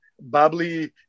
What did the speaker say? bubbly